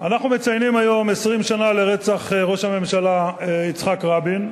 אנחנו מציינים היום 20 שנה לרצח ראש הממשלה יצחק רבין.